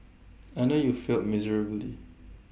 I know you failed miserably